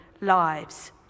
lives